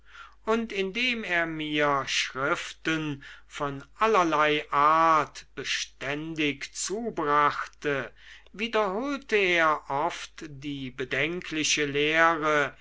und indem er mir schriften von allerlei art beständig zubrachte wiederholte er oft die bedenkliche lehre